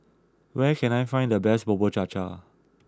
where can I find the best Bubur Cha Cha